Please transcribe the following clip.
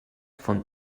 von